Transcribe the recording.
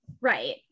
Right